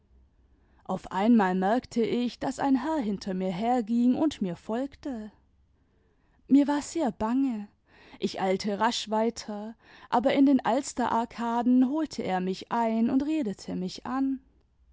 auf einmal merkte ich daß ein herr hinter mir herging und mir folgte mir war sehr bange ich eilte rasch weiter aber in den alsterarkaden holte er mich ein und redete mich an